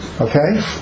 okay